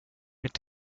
mit